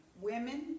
women